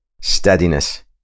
steadiness